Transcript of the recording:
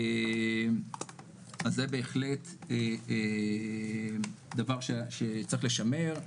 אז זה בהחלט דבר שצריך לשמר.